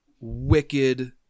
wicked